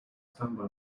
standby